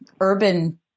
urban